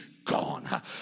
gone